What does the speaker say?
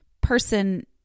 person